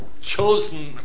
chosen